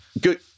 Good